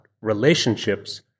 relationships